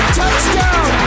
touchdown